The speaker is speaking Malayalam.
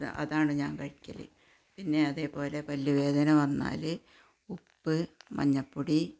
അതാണ് ഞാന് കഴിക്കൽ പിന്നെ അതേപോലെ പല്ലുവേദന വന്നാൽ ഉപ്പ് മഞ്ഞൾപ്പൊടി